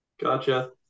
Gotcha